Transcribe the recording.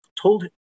told